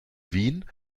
wien